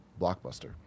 blockbuster